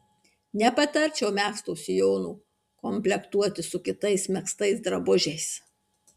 nepatarčiau megzto sijono komplektuoti su kitais megztais drabužiais